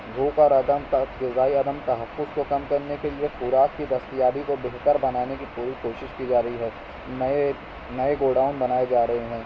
بھوک اور عدم تحفظائی عدم تحفظ كو كم کرنے کے لیے خوارک کی دستیابی کو بہتر بنانے کی پوری کوشش کی جا رہى ہے نئے نئے گوڈاؤن بنائے جا رہے ہيں